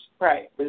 Right